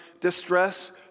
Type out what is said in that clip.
distress